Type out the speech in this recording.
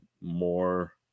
more